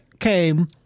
Came